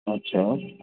अच्छा